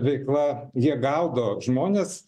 veikla jie gaudo žmones